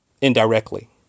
indirectly